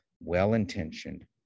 well-intentioned